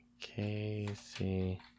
Casey